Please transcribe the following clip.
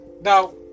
Now